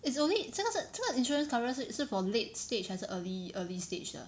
it's only 这个是这个 insurance coverage 是是 for late stage 还是 early early stage 的